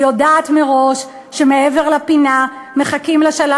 כשהיא יודעת מראש שמעבר לפינה מחכים לשלל